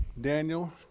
Daniel